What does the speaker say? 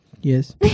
Yes